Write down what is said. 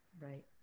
Right